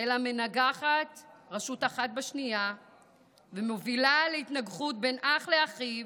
אלא מנגחת רשות אחת בשנייה ומובילה להתנגחות בין אח לאחיו,